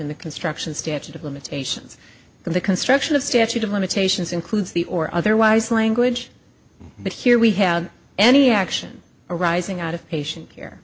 in the construction statute of limitations in the construction of the statute of limitations includes the or otherwise language but here we have any action arising